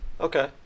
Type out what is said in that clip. Okay